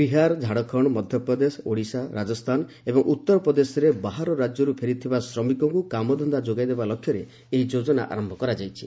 ବିହାର ଝାଡ଼ଖଣ୍ଡ ମଧ୍ୟପ୍ରଦେଶ ଓଡ଼ିଶା ରାଜସ୍ଥାନ ଏବଂ ଉତ୍ତର ପ୍ରଦେଶରେ ବାହାର ରାଜ୍ୟର୍ ଫେରିଥିବା ଶ୍ରମିକଙ୍କ କାମଧନ୍ଦା ଯୋଗାଇ ଦେବା ଲକ୍ଷ୍ୟରେ ଏହି ଯୋଜନା ଆରମ୍ଭ କରାଯାଇଛି